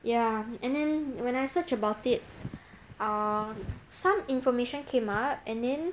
ya and then when I search about it err some information came up and then